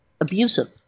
abusive